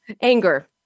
anger